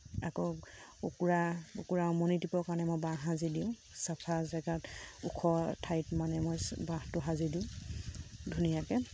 আকৌ কুকুৰা কুকুৰা উমনি দিবৰ কাৰণে মই বাঁহ সাজি দিওঁ চফা জেগাত ওখ ঠাইত মানে মই বাঁহটো সাজি দিওঁ ধুনীয়াকৈ